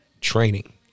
training